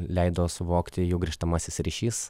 leido suvokti jų grįžtamasis ryšys